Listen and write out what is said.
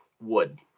wood